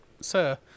sir